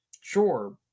Sure